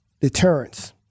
deterrence